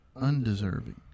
undeserving